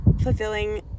fulfilling